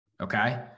Okay